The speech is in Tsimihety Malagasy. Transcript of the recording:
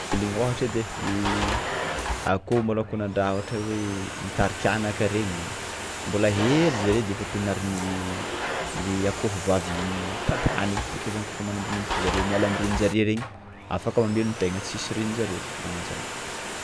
Alainy ôhatra edy ai i akôho malôha kôa nandraha ohatra hoe mitariky anaka regny mbola hely zare de efa ampianarin'ny le akôhovavy mitady hanigny bakeo zany kaofa manombonomboko zareo miala am'renin-jareo regny afaka mamelon-tegna tsisy renin-jareo, magnan-jany.